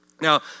Now